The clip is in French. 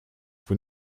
vous